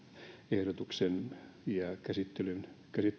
ehdotuksen ja sen käsittelyn